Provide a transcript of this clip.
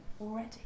already